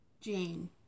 Jane